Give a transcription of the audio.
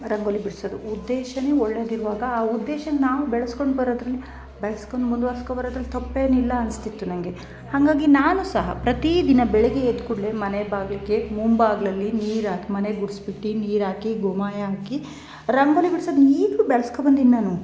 ರಂಗೋಲಿ ಬಿಡಿಸೋದು ಉದ್ದೇಶ ಒಳ್ಳೆದಿರುವಾಗ ಆ ಉದ್ದೇಶ ನಾವು ಬೆಳೆಸ್ಕೊಂಡ್ ಬರೋದರಲ್ಲಿ ಬೆಳೆಸ್ಕೊಂಡ್ ಮುಂದ್ವರಿಸ್ಕೊಂಡ್ ಬರೋದ್ರಲ್ಲಿ ತಪ್ಪೇನಿಲ್ಲ ಅನಿಸಿತ್ತು ನಂಗೆ ಹಂಗಾಗಿ ನಾನು ಸಹ ಪ್ರತಿ ದಿನ ಬೆಳಗ್ಗೆ ಎದ್ದ ಕೂಡಲೇ ಮನೆ ಬಾಗ್ಲು ಗೇಟ್ ಮುಂಭಾಗ್ದಲ್ಲಿ ನೀರು ಹಾಕ್ ಮನೆ ಗುಡಿಸ್ಬಿಟ್ಟಿ ನೀರು ಹಾಕಿ ಗೋಮಯ ಹಾಕಿ ರಂಗೋಲಿ ಬಿಡ್ಸೋದು ಈಗಲೂ ಬೆಳೆಸ್ಕೋ ಬಂದೀನಿ ನಾನು